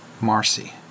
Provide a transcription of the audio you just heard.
Marcy